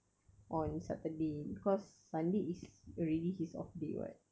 on saturday because sunday is already his off day [what]